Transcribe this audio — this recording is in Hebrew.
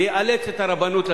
ויאלץ את הרבנות.